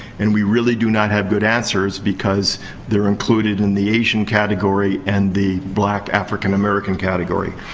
and we really do not have good answers, because they're included in the asian category and the black african american category.